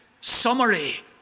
summary